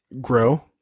grow